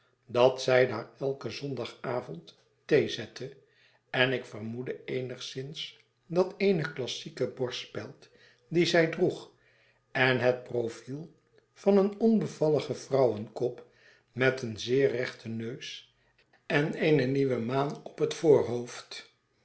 dat zij daar elken zondagavond theezette en ik vermoedde eenigszins dat eene klassieke borstspeld die zij droeg en het profiel van een onbevalligen vrouwenkop met een zeer rechten neus en eene nieuwe maan op het voorhoofd